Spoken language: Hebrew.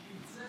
עם פינצטה